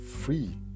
free